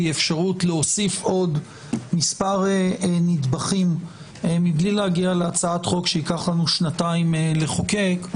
אפשרות להוסיף מספר נדבכים מבלי להגיע להצעת חוק שייקח לנו שנתיים לחוקק,